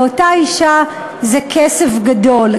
לאותה אישה זה כסף גדול,